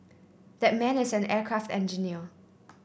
that man is an aircraft engineer